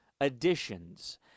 additions